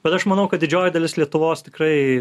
bet aš manau kad didžioji dalis lietuvos tikrai